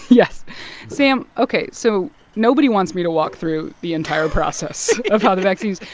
yeah sam, ok, so nobody wants me to walk through the entire process of how the vaccines.